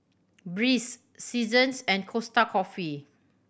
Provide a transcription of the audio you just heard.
Breeze Seasons and Costa Coffee